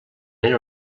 era